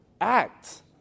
Act